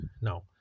Now